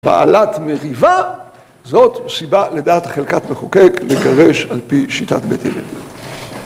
בעלת מריבה, זאת סיבה לדעת חלקת מחוקק לגרש על פי שיטת בית הלל.